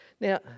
Now